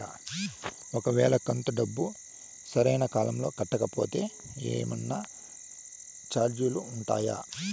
ఒక వేళ కంతు డబ్బు సరైన కాలంలో కట్టకపోతే ఏమన్నా చార్జీలు ఉండాయా?